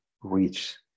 reach